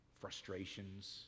frustrations